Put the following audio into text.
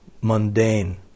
mundane